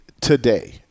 today